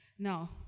Now